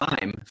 time